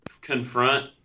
confront